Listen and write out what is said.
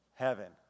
heaven